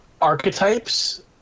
archetypes